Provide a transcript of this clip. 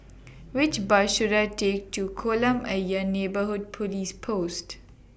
Which Bus should I Take to Kolam Ayer Neighbourhood Police Post